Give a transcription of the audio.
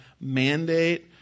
mandate